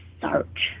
search